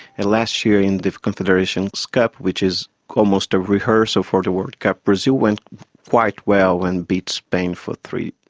and last year in the confederations cup, which is almost a rehearsal for the world cup, brazil went quite well and beat spain for three-nil.